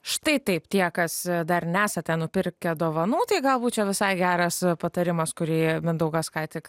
štai taip tie kas dar nesate nupirkę dovanų tai galbūt čia visai geras patarimas kurį mindaugas ką tik